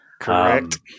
Correct